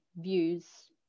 views